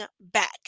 back